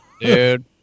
Dude